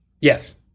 Yes